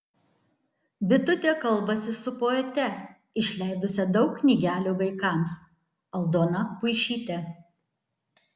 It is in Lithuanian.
bitutė kalbasi su poete išleidusia daug knygelių vaikams aldona puišyte